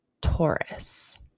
Taurus